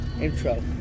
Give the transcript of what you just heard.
intro